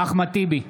אחמד טיבי,